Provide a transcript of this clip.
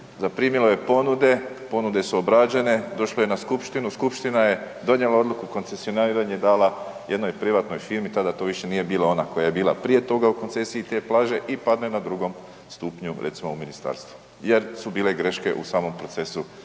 zaprimilo je ponude, ponude su obrađene, došlo je na skupštinu, skupština je donijela odluku, koncesioniranje je dala jednoj privatnoj firmi, tada to više nije bila ona koja je bila prije toga u koncesiji te plaže i padne na drugom stupnju, recimo u ministarstvu jer su bile greške u samom procesu